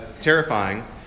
terrifying